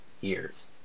years